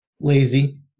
Lazy